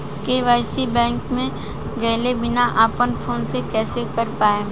KYC bank मे गएले बिना अपना फोन से कइसे कर पाएम?